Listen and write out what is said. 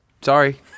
Sorry